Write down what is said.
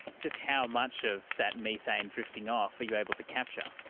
just how much of that methane drifting off are you able to capture?